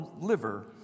liver